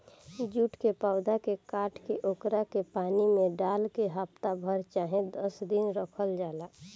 jute के पौधा के काट के ओकरा के पानी में डाल के हफ्ता भर चाहे दस दिन रखल जाला